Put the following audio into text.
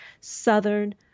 Southern